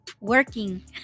Working